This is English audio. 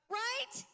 right